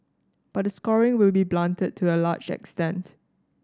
but the scoring will be blunted to a large extent